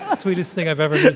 ah sweetest thing i've ever